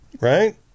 right